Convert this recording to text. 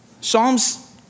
Psalms